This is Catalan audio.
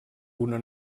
una